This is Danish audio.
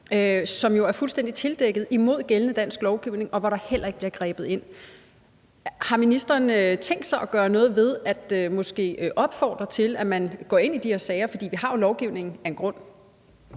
som jo er fuldstændig tildækket, hvilket er imod gældende dansk lovgivning, og der bliver der heller ikke grebet ind. Har ministeren tænkt sig at gøre noget ved det og måske opfordre til, at man går ind i de her sager? For vi har jo lovgivningen af en grund.